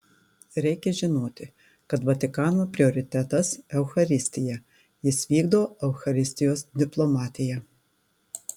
reikia žinoti kad vatikano prioritetas eucharistija jis vykdo eucharistijos diplomatiją